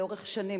לאורך שנים,